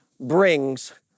brings